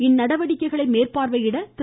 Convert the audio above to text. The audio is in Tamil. இந்நடவடிக்கைகளை மேற்பார்வையிட திரு